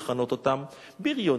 לכנות אותם בריונים,